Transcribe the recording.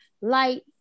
light